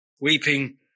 Weeping